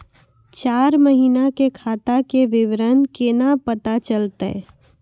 चार महिना के खाता के विवरण केना पता चलतै?